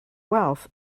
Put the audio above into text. wealth